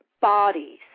bodies